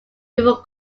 before